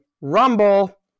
Rumble